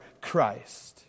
Christ